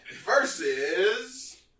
versus